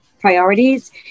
priorities